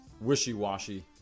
wishy-washy